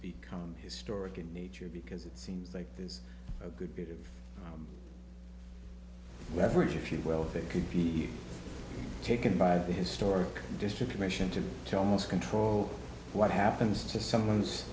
become historic in nature because it seems like there's a good bit of however if you well if it could be taken by the historic district commission to tell most control what happens to someone's